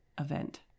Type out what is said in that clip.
event